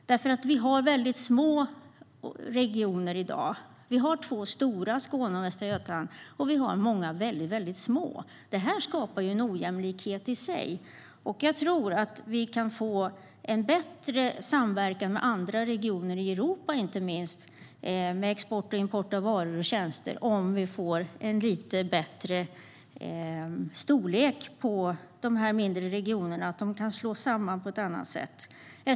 Vi har i dag två stora regioner, Skåne och Västra Götaland, och vi har många mycket små. Det i sig skapar en ojämlikhet. Jag tror att vi kan få en bättre samverkan med andra regioner, inte minst i Europa när det gäller export och import av varor och tjänster, om vi får en lite bättre storlek på de mindre regionerna - om de kan slås samman.